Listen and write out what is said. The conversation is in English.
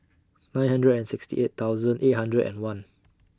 nine hundred and sixty eight thousand eight hundred and one